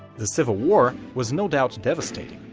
the civil war was no doubt devastating,